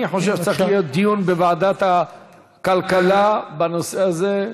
אני חושב שצריך להיות דיון בוועדת הכלכלה בנושא הזה,